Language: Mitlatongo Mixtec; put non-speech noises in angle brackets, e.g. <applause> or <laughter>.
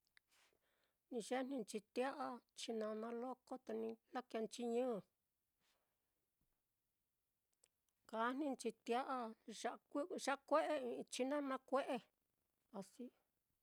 Ni yejninchi tia'a chinana loko, te ni lakēēnchi ñɨ, kajninchi tia'a ya'a ku-kue'e i'i chinana kue'e. <noise>